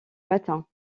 matin